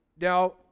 Now